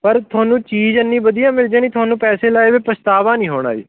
ਪਰ ਤੁਹਾਨੂੰ ਚੀਜ਼ ਇੰਨੀ ਵਧੀਆ ਮਿਲ ਜਾਣੀ ਤੁਹਾਨੂੰ ਪੈਸੇ ਲਾਏ ਪਛਤਾਵਾ ਨਹੀਂ ਹੋਣਾ ਜੀ